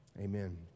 Amen